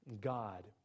God